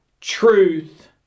truth